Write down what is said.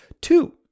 two